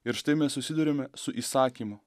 ir štai mes susiduriame su įsakymu